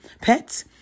pets